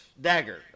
dagger